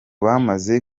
bamaze